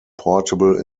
portable